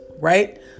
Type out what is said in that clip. Right